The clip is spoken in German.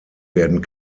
werden